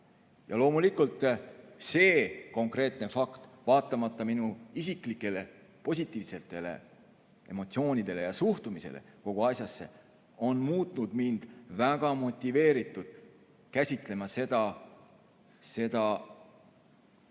Loomulikult, see konkreetne fakt, vaatamata minu isiklikele positiivsetele emotsioonidele ja suhtumisele kogu asjasse, on muutnud mind väga motiveerituks käsitlema seda